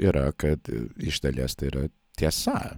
yra kad iš dalies tai yra tiesa